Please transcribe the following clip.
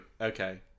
okay